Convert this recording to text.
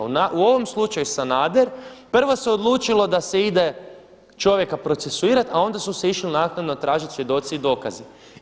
U ovom slučaju Sanader prvo se odlučilo da se ide čovjeka procesuirati, a onda su se išli naknadno tražiti svjedoci i dokazi.